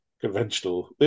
conventional